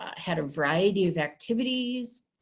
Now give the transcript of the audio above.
had a variety of activities.